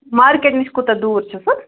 market نِش کوٗتاہ دوٗر چھُ سُہ